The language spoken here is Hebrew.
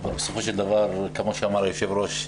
אבל בסופו של דבר, כמו שאמר היושב-ראש,